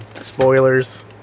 spoilers